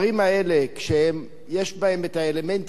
כשיש בהם האלמנטים הדתיים,